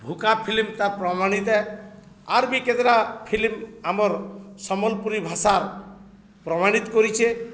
ଭୁକା film ତା ପ୍ରମାଣିତ ଆର୍ ବି କେତଟା ଫିଲ୍ମ ଆମର୍ ସମ୍ବଲପୁରୀ ଭାଷାର ପ୍ରମାଣିତ କରିଚେ